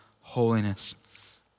holiness